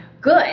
Good